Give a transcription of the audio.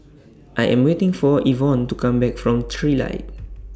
I Am waiting For Evonne to Come Back from Trilight